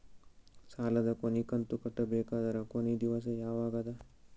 ಸಾಲದ ಕೊನಿ ಕಂತು ಕಟ್ಟಬೇಕಾದರ ಕೊನಿ ದಿವಸ ಯಾವಗದ?